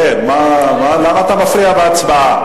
למה אתה מפריע בהצבעה?